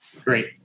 Great